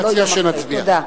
תודה.